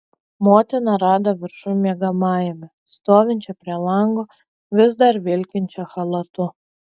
motiną rado viršuj miegamajame stovinčią prie lango vis dar vilkinčią chalatu